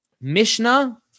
Mishnah